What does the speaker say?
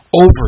over